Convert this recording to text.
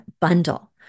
bundle